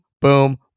boom